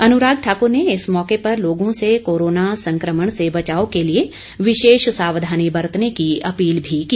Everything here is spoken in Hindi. अनुराग ठाक्र ने इस मौके पर लोगों से कोरोना संक्रमण से बचाव के लिए विशेष सावधानी बरतने की अपील भी की